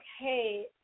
Okay